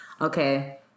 okay